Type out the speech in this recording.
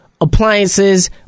Appliances